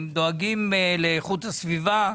אם דואגים לאיכות הסביבה,